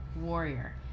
warrior